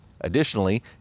Additionally